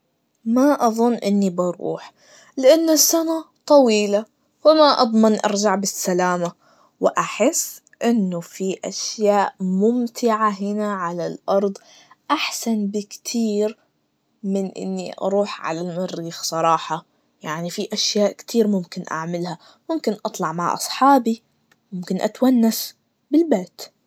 ما أظن إني بروح, لأن السنة طويلة, وما أضمن أرجع بالسلامة, وأحس إنه في أشياء ممتعة هنا على الأرض, أحسن بكتير من إني أروح على المريخ صراحة, يعني في أشياء كتير ممكن أعملها, ممكن أطلع مع أصحابي, وممكن أتونس بالبيت.